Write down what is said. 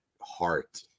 heart